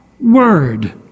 Word